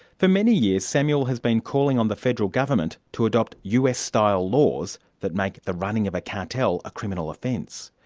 for many years samuel has been calling on the federal government to adopt us-style laws that make the running of a cartel a criminal offence.